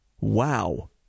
Wow